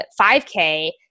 5K